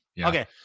Okay